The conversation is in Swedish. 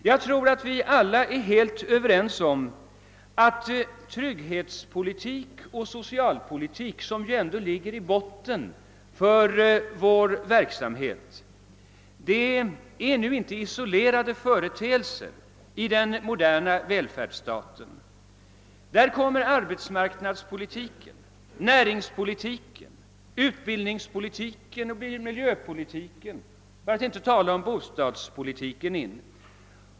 Jag tror att vi alla är överens om att trygghetspolitik och socialpolitik, som ju ändå ligger i botten för vår verksamhet, inte är isolerade företeelser i den moderna välfärdsstaten. Nej, där kommer arbetsmarknadspolitiken, näringspolitiken, utbildningspolitiken och miljöpolitiken för att inte tala om bostadspolitiken in.